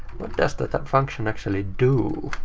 what does the function actually do?